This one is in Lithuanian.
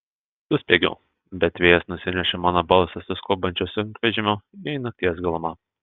suspiegiau bet vėjas nusinešė mano balsą su skubančiu sunkvežimiu į nakties gilumą